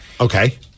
Okay